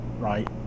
right